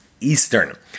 Eastern